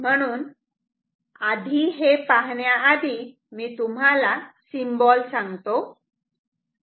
म्हणून आधी हे पाहण्याआधी मी तुम्हाला सिम्बॉल सांगतो